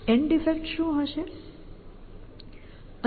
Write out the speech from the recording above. and effects શું હશે